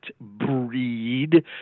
breed